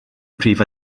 prif